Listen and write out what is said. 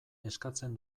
eskatzen